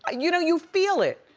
ah you know, you feel it.